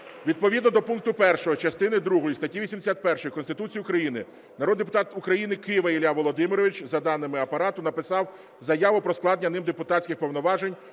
відповідно до пункту 1 частини другої статті 81 Конституцій України народний депутат України Кива Ілля Володимирович за даними Апарату написав заяву про складення ним депутатських повноважень